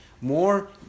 more